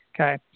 okay